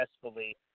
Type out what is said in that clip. successfully